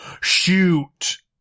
Shoot